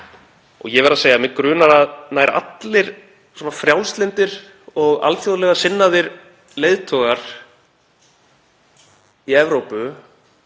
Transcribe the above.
Ég verð að segja að mig grunar að nær allir frjálslyndir og alþjóðlega sinnaðir leiðtogar í Evrópu